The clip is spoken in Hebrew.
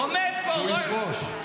שהוא יפרוש.